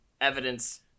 evidence